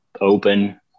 open